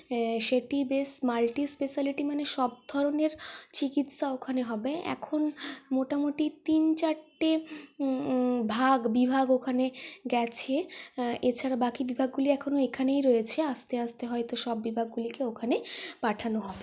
সেটি বেশ মাল্টিস্পেশালটি মানে সবধরনের চিকিৎসা ওখানে হবে এখন মোটামুটি তিন চারটে ভাগ বিভাগ ওখানে গেছে এছাড়া বাকি বিভাগগুলি এখনও এখানেই রয়েছে আস্তে আস্তে হয়তো সব বিভাগগুলিকে ওখানে পাঠানো হবে